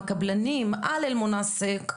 של הקבלנים על אל-מונסק,